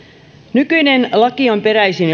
nykyinen laki on peräisin